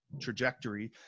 trajectory